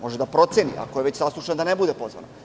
Može da proceni, ako je već saslušan, da ne bude pozvana.